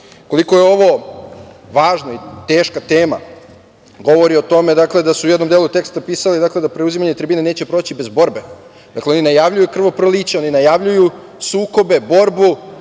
je ovo važna i teška tema govori o tome da su u jednom delu teksta pisali, dakle, da preuzimanje tribine neće proći bez borbe. Dakle, oni najavljuju krvoproliće, oni najavljuju sukobe, borbu